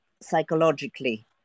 psychologically